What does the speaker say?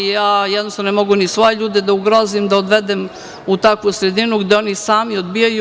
Jednostavno, ne mogu ni svoje ljude da ugrozim, da odvedem u takvu sredinu gde oni sami odbijaju.